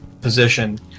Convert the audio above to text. position